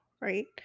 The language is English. right